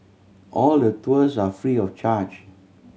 all the tours are free of charge